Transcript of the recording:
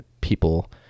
people